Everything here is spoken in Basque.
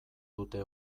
dute